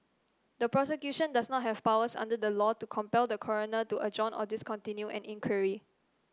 the Prosecution does not have powers under the law to compel the Coroner to adjourn or discontinue an inquiry